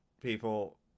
people